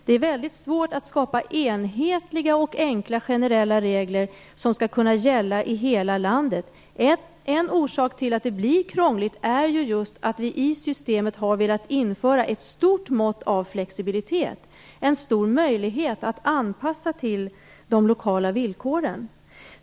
Det är mycket svårt att skapa enhetliga och enkla generella regler som skall kunna gälla i hela landet. En orsak till att det blir krångligt är ju just att vi i systemet har velat införa ett stort mått av flexibilitet, en stor möjlighet att göra anpassningar till de lokala villkoren.